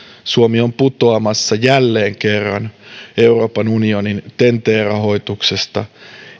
suomi on putoamassa jälleen kerran euroopan unionin ten t rahoituksesta